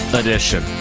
edition